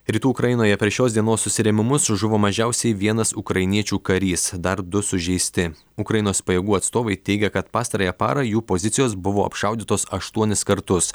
rytų ukrainoje per šios dienos susirėmimus žuvo mažiausiai vienas ukrainiečių karys dar du sužeisti ukrainos pajėgų atstovai teigia kad pastarąją parą jų pozicijos buvo apšaudytos aštuonis kartus